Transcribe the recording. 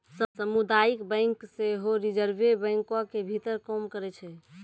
समुदायिक बैंक सेहो रिजर्वे बैंको के भीतर काम करै छै